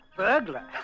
Burglar